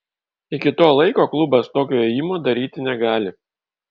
iki to laiko klubas tokio ėjimo daryti negali